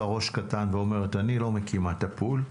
ראש קטן ואומרת: אני לא מקימה את הפול,